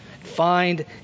Find